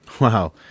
Wow